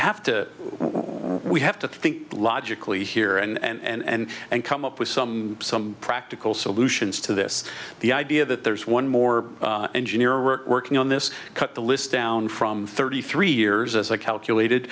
have to we have to think logically here and and come up with some some practical solutions to this the idea that there's one more engineer we're working on this cut the list down from thirty three years as a calculated